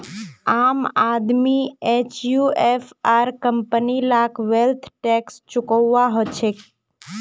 आम आदमी एचयूएफ आर कंपनी लाक वैल्थ टैक्स चुकौव्वा हछेक